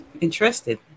interested